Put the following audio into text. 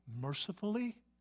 mercifully